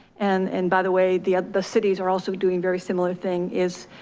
and and by the way, the the cities are also doing very similar thing is,